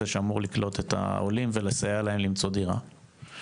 שאמור לקלוט את העולים ולסייע להם למצוא דירה?